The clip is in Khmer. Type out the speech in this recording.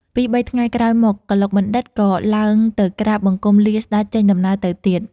ពីរបីថ្ងៃក្រោយមក កឡុកបណ្ឌិត ក៏ឡើងទៅក្រាបបង្គំលាស្តេចចេញដំណើរទៅទៀត ។